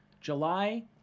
July